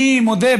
אני מודה,